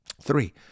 Three